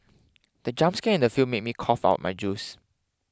the jump scare in the film made me cough out my juice